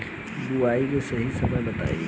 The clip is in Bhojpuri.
बुआई के सही समय बताई?